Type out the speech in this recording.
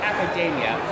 Academia